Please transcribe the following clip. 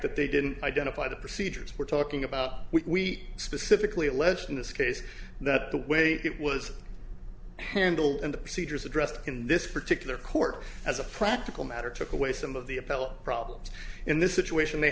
that they didn't identify the procedures we're talking about we specifically alleged in this case that the way it was handled and the procedures addressed in this particular court as a practical matter took away some of the appellate problems in this situation they